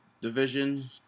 division